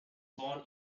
born